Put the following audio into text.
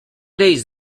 days